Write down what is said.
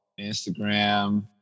Instagram